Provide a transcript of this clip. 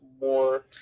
more